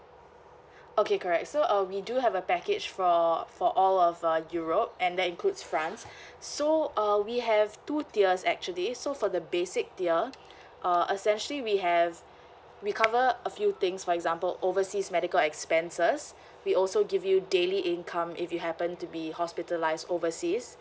okay correct so uh we do have a package for for all of uh europe and that includes france so uh we have two tiers actually so for the basic tier uh essentially we have we cover a few things for example overseas medical expenses we also give you daily income if you happen to be hospitalised overseas